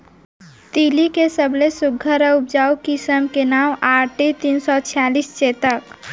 तिलि के सबले सुघ्घर अऊ उपजाऊ किसिम के नाम का हे?